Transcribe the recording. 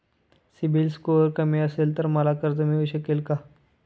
CIBIL score कमी असेल तर मला कर्ज मिळू शकेल का?